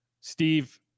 Steve